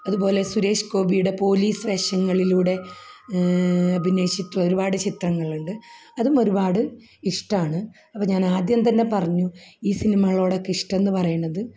അതുപോലെ സുരേഷ് ഗോപിയുടെ പോലീസ് വേഷങ്ങളിലൂടെ അഭിനയിച്ചിട്ടുള്ള ഒരുപാട് ചിത്രങ്ങളുണ്ട് അതും ഒരുപാട് ഇഷ്ടമാണ് അപ്പം ഞാൻ ആദ്യം തന്നെ പറഞ്ഞു ഈ സിനിമകളോടൊക്കെ ഇഷ്ടം എന്ന് പറയുന്നത്